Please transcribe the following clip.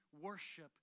worship